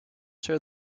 share